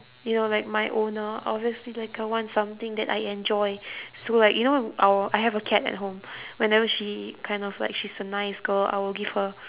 you know like my owner obviously like I want something that I enjoy so like you know our I have a cat at home whenever she kind of like she's a nice girl I would give her